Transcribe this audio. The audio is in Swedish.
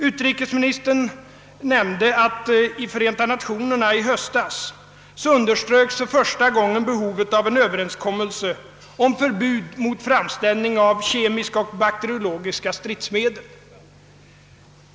Utrikesministern nämnde att det för första gången i höstas i Förenta Nationerna underströks behovet av en överenskommelse om förbud mot framställning av kemiska och bakteriologiska: stridsmedel.